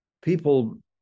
people